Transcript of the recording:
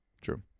true